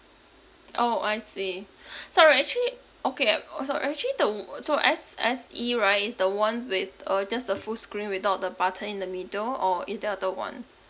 orh I see sorry actually okay orh so actually the wou~ so s s e right is the one with uh just the full screen without the button in the middle or is it the other one